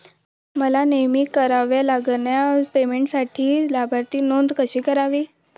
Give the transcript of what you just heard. मला नेहमी कराव्या लागणाऱ्या पेमेंटसाठी लाभार्थी नोंद कशी करावी?